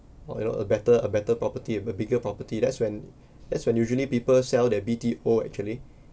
or you know a better a better property a bigger property that's when that's when usually people sell their B_T_O actually